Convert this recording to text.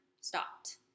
stopped